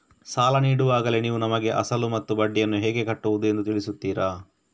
ಸಾಲ ನೀಡುವಾಗಲೇ ನೀವು ನಮಗೆ ಅಸಲು ಮತ್ತು ಬಡ್ಡಿಯನ್ನು ಹೇಗೆ ಕಟ್ಟುವುದು ಎಂದು ತಿಳಿಸುತ್ತೀರಾ?